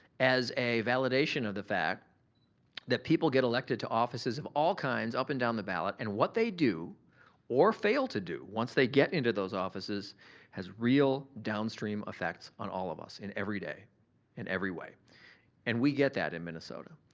as a validation of the fact that people get elected to offices of all kinds up and down the ballot and what they do or fail to do once they get into those offices has real downstream effects on all of us in every day in every way and we get that in minnesota.